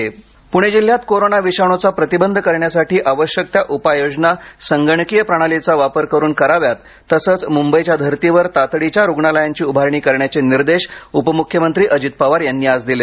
पवार पुणे जिल्ह्यात कोरोना विषाणूचा प्रतिबंध करण्यासाठी आवश्यक त्या उपाययोजना संगणकीय प्रणालीचा वापर करा तसंच मुंबईच्या धर्तीवर तातडीच्या रुग्णालयांची उभारणी करण्याचे निर्देश उपमुख्यमंत्री अजित पवार यांनी आज दिले